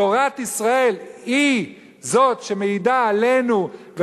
תורת ישראל היא זאת שמעידה עלינו,